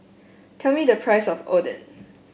tell me the price of Oden